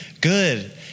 good